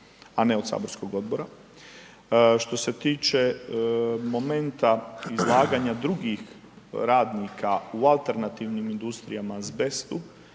a ne od saborskog odbora. Što se tiče momenta izlaganja drugih radnika u alternativnim industrijama azbestu